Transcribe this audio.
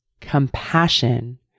compassion